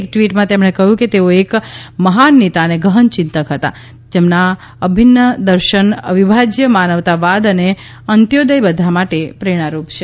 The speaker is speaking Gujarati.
એક ટ્વીટમાં તેમણે કહ્યું કે તેઓ એક મહાન નેતા અને ગહન ચિંતક હતા જેમના અભિન્ન દર્શન અવિભાજ્ય માનવતાવાદ અને અંત્યોદય બધા માટે પ્રેરણારૂપ છે